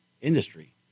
industry